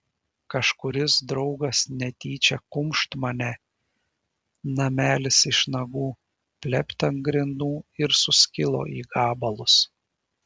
kažkuris draugas netyčią kumšt mane namelis iš nagų plept ant grindų ir suskilo į gabalus